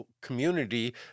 community